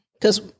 because-